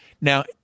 now